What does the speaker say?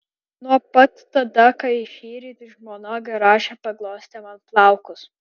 nuo pat tada kai šįryt žmona garaže paglostė man plaukus